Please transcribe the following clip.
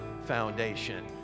foundation